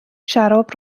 شراب